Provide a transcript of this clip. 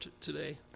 today